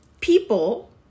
people